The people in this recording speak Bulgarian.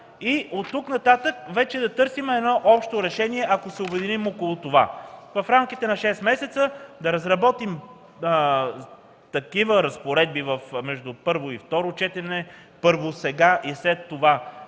оттук нататък търсим общо решение. Ако се обединим около това – в рамките на шест месеца да разработим такива разпоредби между първо и второ четене, първо, сега да